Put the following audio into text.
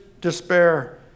despair